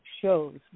shows